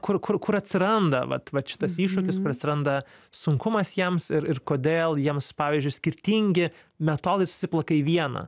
kur kur kur atsiranda vat vat šitas iššūkis atsiranda sunkumas jiems ir ir kodėl jiems pavyzdžiui skirtingi metodai susiplaka į vieną